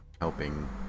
helping